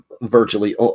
virtually